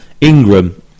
Ingram